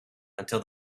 until